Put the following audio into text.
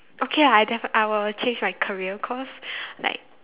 okay ah I def~ I will change my career cause like